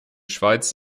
schweiz